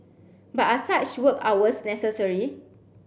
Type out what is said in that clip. but are such work hours necessary